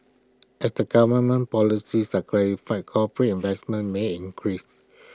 as the government policies are clarified corporate investment may increase